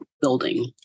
building